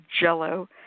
jello